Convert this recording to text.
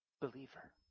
believer